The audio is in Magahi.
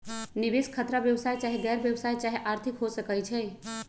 निवेश खतरा व्यवसाय चाहे गैर व्यवसाया चाहे आर्थिक हो सकइ छइ